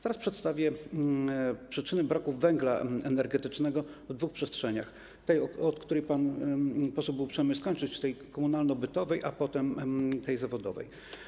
Teraz przedstawię przyczyny braku węgla energetycznego w dwóch przestrzeniach, tej, o której pan poseł był uprzejmy powiedzieć, tej komunalno-bytowej, a następnie tej zawodowej.